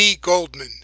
Goldman